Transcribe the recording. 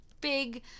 big